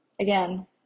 Again